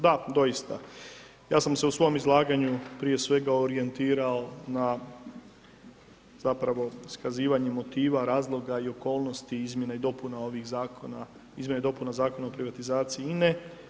Da, doista, ja sam se u svom izlaganju prije svega, orijentirao na, zapravo iskazivanje motiva, razloga i okolnosti izmjena i dopuna ovih zakona, izmjena i dopuna Zakona o privatizaciji INA-e.